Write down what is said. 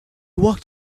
walked